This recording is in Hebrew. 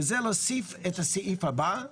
וזה להוסיף את הסעיף הבא: